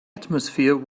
atmosphere